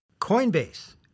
Coinbase